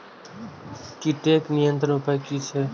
कीटके नियंत्रण उपाय कि छै?